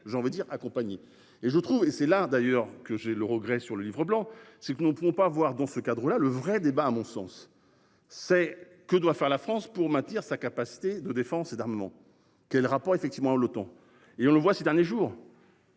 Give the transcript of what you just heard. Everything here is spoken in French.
j'en veux dire accompagné et je trouve et c'est là d'ailleurs que j'ai le regret sur le Livre blanc c'est que nous ne pourrons pas voir dans ce cadre là, le vrai débat, à mon sens c'est que doit faire la France pour maintenir sa capacité de défense et d'armement. Quel rapport effectivement le ton et on le voit ces derniers jours.